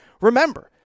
remember